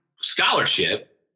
scholarship